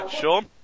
Sean